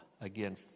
again